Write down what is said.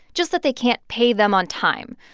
just that they can't pay them on time.